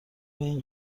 این